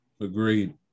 Agreed